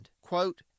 quote